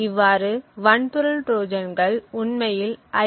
இவ்வாறு வன்பொருள் ட்ரோஜான்கள் உண்மையில் ஐ